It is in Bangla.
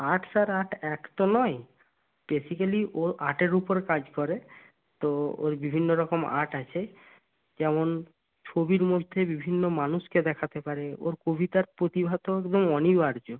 আর্টস আর আর্ট এক তো নয় বেসিক্যালি ও আর্টের উপর কাজ করে তো ওর বিভিন্নরকম আর্ট আছে যেমন ছবির মধ্যে বিভিন্ন মানুষকে দেখাতে পারে ওর কবিতার প্রতিভা তো একদম অনিবার্য